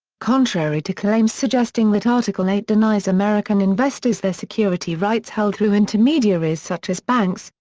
contrary to claims suggesting that article eight denies american investors their security rights held through intermediaries such as banks,